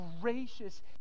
gracious